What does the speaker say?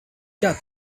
got